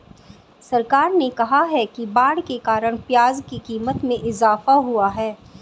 सरकार ने कहा कि बाढ़ के कारण प्याज़ की क़ीमत में इजाफ़ा हुआ है